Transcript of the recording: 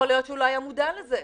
יכול להיות שהוא לא היה מודע לזה.